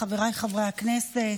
חבריי חברי הכנסת.